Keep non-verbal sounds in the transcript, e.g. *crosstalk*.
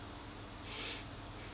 *noise*